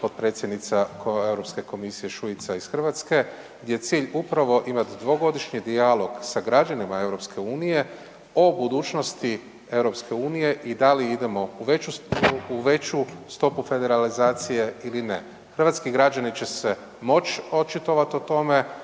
potpredsjednica Europske komisije Šuica iz Hrvatske gdje je cilj upravo imati dvogodišnji dijalog sa građanima EU o budućnosti EU i da li idemo u veću stopu federalizacije ili ne. Hrvatski građani će se moći očitovati o tome